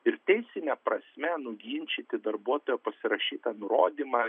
ir teisine prasme nuginčyti darbuotojo pasirašytą nurodymą